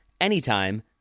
anytime